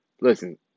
listen